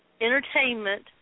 Entertainment